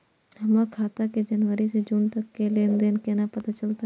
हमर खाता के जनवरी से जून तक के लेन देन केना पता चलते?